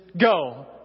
go